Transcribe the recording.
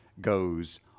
goes